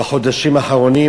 בחודשים האחרונים.